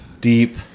deep